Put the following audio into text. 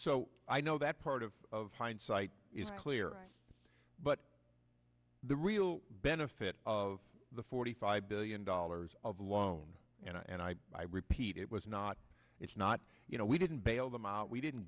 so i know that part of hindsight is clear but the real benefit of the forty five billion dollars of loan and i repeat it was not it's not you know we didn't bail them out we didn't